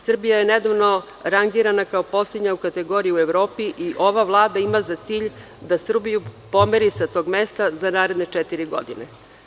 Srbija je nedavno rangirana kao poslednja u kategoriji u Evropi i ova Vlada ima za cilj da Srbiju pomeri sa tog mesta za naredne četiri godine.